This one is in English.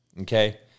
okay